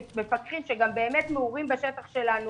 מפקחים שגם באמת מעורים בשטח שלנו